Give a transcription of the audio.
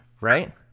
right